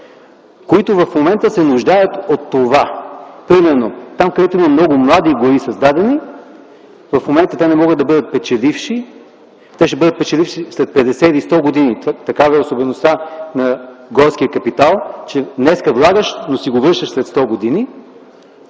които в момента се нуждаят от това, примерно там, където има създадени много млади гори. В момента те не могат да бъдат печеливши, но ще бъдат печеливши след 50 или 100 години. Такава е особеността на горския капитал – днес влагаш, но си го връщаш след 100 години.